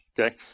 Okay